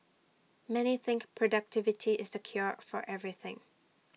many think productivity is the cure for everything